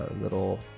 little